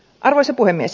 arvoisa puhemies